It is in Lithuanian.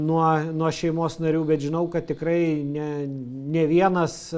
nuo nuo šeimos narių bet žinau kad tikrai ne ne vienas